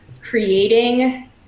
creating